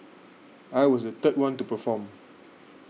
I was the third one to perform